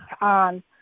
on